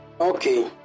Okay